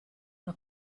una